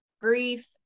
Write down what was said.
grief